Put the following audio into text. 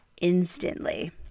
instantly